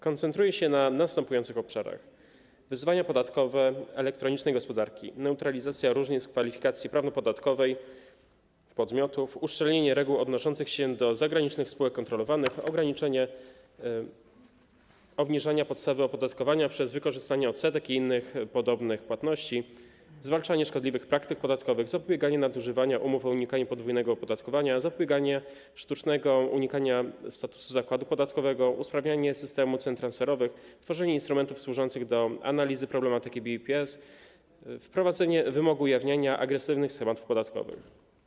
Koncentruje się na następujących obszarach: wyzwania podatkowe elektronicznej gospodarki, neutralizacja różnic w kwalifikacji prawno-podatkowej podmiotów, uszczelnienie reguł odnoszących się do zagranicznych spółek kontrolowanych, ograniczenie obniżania podstawy opodatkowania przez wykorzystanie odsetek i innych podobnych płatności, zwalczanie szkodliwych praktyk podatkowych, zapobieganie nadużywaniu umów o unikaniu podwójnego opodatkowania, zapobieganie sztucznemu unikaniu statusu zakładu podatkowego, usprawnienie systemu cen transferowych, tworzenie instrumentów służących do analizy problematyki BEPS, wprowadzenie wymogu ujawniania agresywnych schematów podatkowych.